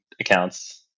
accounts